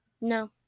No